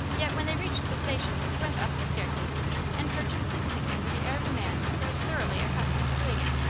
yet when they reached the station he went up the staircase and purchased his ticket with the air of a man who was thoroughly accustomed to doing it.